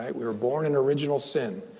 we were born in original sin.